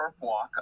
walk